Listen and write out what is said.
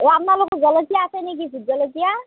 এই আপোনালোকৰ জলকীয়া আছে নেকি ভোটজলকীয়া